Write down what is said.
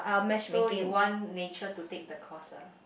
so you want nature to take the course lah